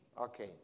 Okay